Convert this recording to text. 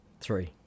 Three